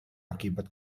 akibat